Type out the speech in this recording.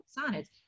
sonnets